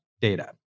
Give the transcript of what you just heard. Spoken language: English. data